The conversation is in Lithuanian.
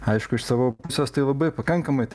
aišku iš savo pusės tai labai pakankamai